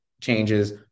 changes